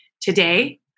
Today